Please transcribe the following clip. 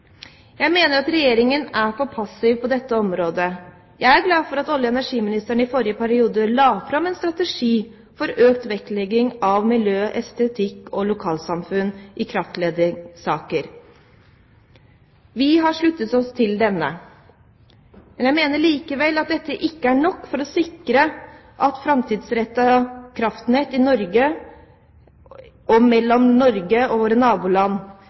Jeg mener Regjeringen er for passiv på dette området. Jeg er glad for at olje- og energiministeren i forrige periode la fram en strategi for økt vektlegging av miljø, estetikk og lokalsamfunn i kraftledningssaker. Vi har sluttet oss til denne. Jeg mener likevel at dette ikke er nok for å sikre et framtidsrettet kraftnett i Norge og mellom Norge og våre naboland.